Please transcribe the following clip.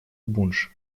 бундж